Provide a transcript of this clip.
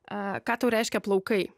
e ką tau reiškia plaukai